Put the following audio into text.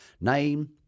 Name